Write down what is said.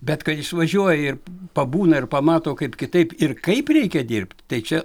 bet kad išvažiuoja ir pabūna ir pamato kaip kitaip ir kaip reikia dirbt tai čia